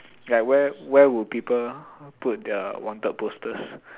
ya where where would people put their wanted posters